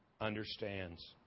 understands